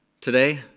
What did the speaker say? today